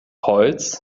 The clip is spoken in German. holz